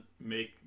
make